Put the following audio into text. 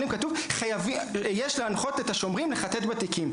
כתוב שיש להנחות את השומרים לחטט בתיקים,